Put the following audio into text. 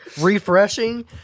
refreshing